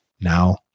now